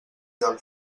del